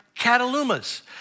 catalumas